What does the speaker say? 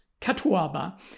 catuaba